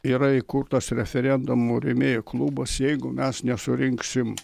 yra įkurtas referendumų rėmėjų klubas jeigu mes nesurinksim